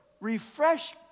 refresh